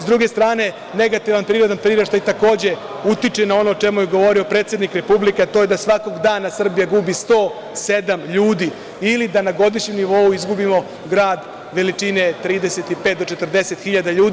S druge strane, negativan prirodni priraštaj takođe utiče na ono o čemu je govorio predsednik Republike, a to je da svakog dana Srbija gubi 107 ljudi, ili da na godišnjem nivou izgubimo grad veličine 35 do 40 hiljada ljudi.